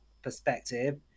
Perspective